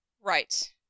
Right